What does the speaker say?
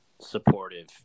supportive